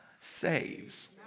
saves